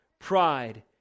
pride